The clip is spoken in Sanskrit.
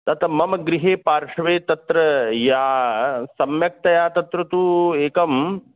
तत् मम गृहे पार्श्वे तत्र या सम्यक्तया तत्र तु एकं